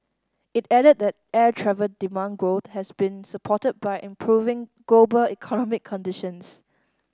it added that air travel demand growth has been supported by improving global economic conditions